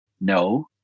no